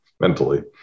mentally